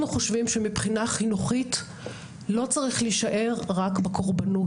אנחנו חושבים שמבחינה חינוכית לא צריך להישאר רק בקורבנות.